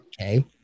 Okay